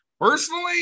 personally